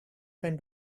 can